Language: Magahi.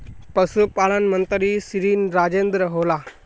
पशुपालन मंत्री श्री राजेन्द्र होला?